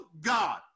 God